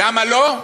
למה לא?